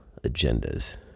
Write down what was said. agendas